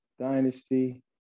Dynasty